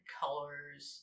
colors